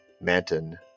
Manton